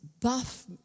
buff